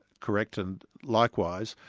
correct. and likewise,